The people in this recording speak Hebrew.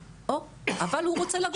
ואיפה הוא יעבוד?